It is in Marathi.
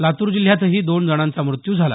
लातूर जिल्ह्यातही दोन जणांचा मृत्यू झाला